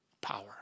power